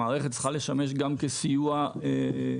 המערכת צריכה לשמש גם כסיוע לחקלאות.